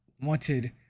wanted